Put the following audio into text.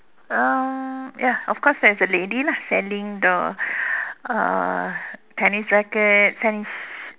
um ya of course there's a lady lah selling the uh tennis rackets selling sh~